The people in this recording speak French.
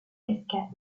cascades